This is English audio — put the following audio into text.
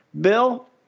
Bill